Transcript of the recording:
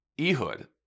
Ehud